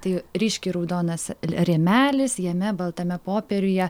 tai ryškiai raudonas rėmelis jame baltame popieriuje